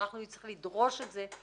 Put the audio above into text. ואנחנו נצטרך לדרוש את זה,